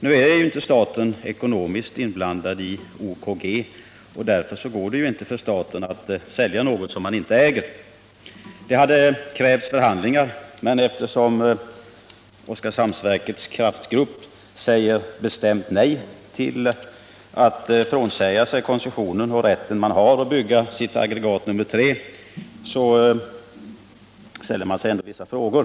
Nu är ju inte staten ekonomiskt inblandad i OKG, och därför går det inte för staten att här sälja något som man inte äger. Det hade krävts förhandlingar. Men eftersom Oskarshamnsverkets Kraftgrupp AB säger bestämt nej till att frånsäga sig koncession och den rätt man har att bygga aggregat nr 3 ställer man sig ändå vissa frågor.